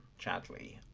Chadley